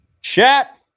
Chat